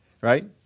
right